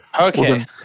Okay